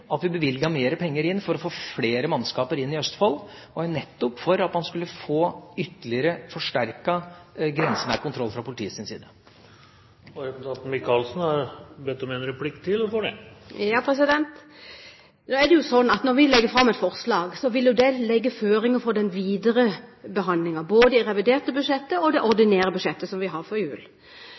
at en av grunnene til at vi bevilget mer penger for å få mer mannskap i Østfold, var nettopp at man skulle få forsterket politiets grensenære kontroll ytterligere. Når vi legger fram et forslag, vil det legge føringer for den videre behandlingen, både av det reviderte budsjettet og av det ordinære budsjettet, som vi har før jul.